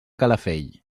calafell